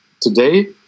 today